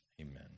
amen